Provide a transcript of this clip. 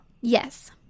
Yes